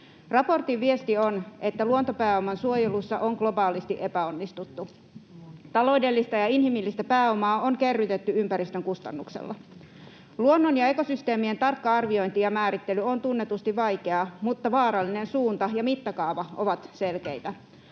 Raportin viesti on, että luontopääoman suojelussa on globaalisti epäonnistuttu. Taloudellista ja inhimillistä pääomaa on kerrytetty ympäristön kustannuksella. Luonnon ja ekosysteemien tarkka arviointi ja määrittely on tunnetusti vaikeaa, mutta vaarallinen suunta ja mittakaava ovat selkeitä.